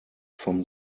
from